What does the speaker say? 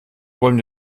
wollen